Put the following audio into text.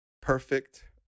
perfect